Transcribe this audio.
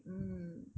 mm